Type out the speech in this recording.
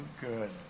good